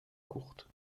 courte